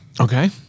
Okay